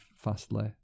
fastly